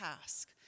task